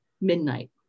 midnight